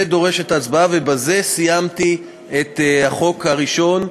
זה דורש הצבעה, ובזה סיימתי את החוק הראשון.